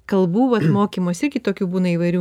kalbų vat mokymosi irgi tokių būna įvairių